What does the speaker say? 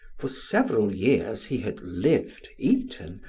for several years he had lived, eaten,